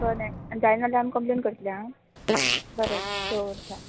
बरें आन जायना जाल्यार आम कंप्लेण करत्ली आं बरें दवरता